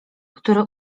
który